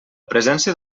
presència